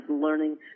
learning